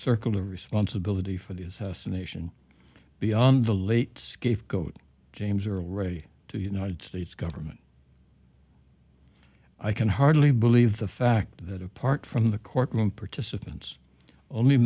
circle of responsibility for the assassination beyond the late scapegoat james earl ray to the united states government i can hardly believe the fact that apart from the courtroom participants only